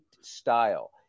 style